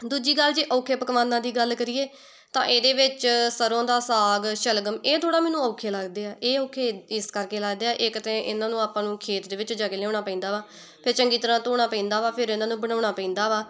ਦੂਜੀ ਗੱਲ ਜੇ ਔਖੇ ਪਕਵਾਨਾਂ ਦੀ ਗੱਲ ਕਰੀਏ ਤਾਂ ਇਹਦੇ ਵਿੱਚ ਸਰੋਂ ਦਾ ਸਾਗ ਸ਼ਲਗਮ ਇਹ ਥੋੜ੍ਹਾ ਮੈਨੂੰ ਔਖੇ ਲੱਗਦੇ ਹੈ ਇਹ ਔਖੇ ਇਸ ਕਰਕੇ ਲੱਗਦੇ ਆ ਇੱਕ ਤਾਂ ਇਹਨਾਂ ਨੂੰ ਆਪਾਂ ਨੂੰ ਖੇਤ ਦੇ ਵਿੱਚ ਜਾ ਕੇ ਲਿਆਉਣਾ ਪੈਂਦਾ ਵਾ ਅਤੇ ਚੰਗੀ ਤਰ੍ਹਾਂ ਧੋਣਾ ਪੈਂਦਾ ਵਾ ਫਿਰ ਇਹਨਾਂ ਨੂੰ ਬਣਾਉਣਾ ਪੈਂਦਾ ਵਾ